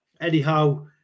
Anyhow